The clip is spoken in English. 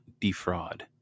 defraud